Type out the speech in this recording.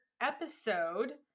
episode